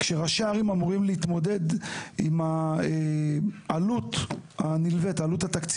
כשראשי ערים אמורים להתמודד עם העלות התקציבית.